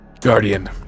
Guardian